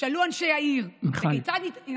שאלו אנשי העיר: וכיצד, מיכל.